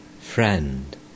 Friend